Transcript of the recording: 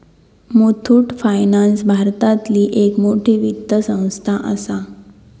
Muthoot finance भारतातली एक मोठी वित्त संस्था आसा